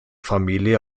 familie